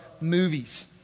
movies